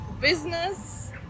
business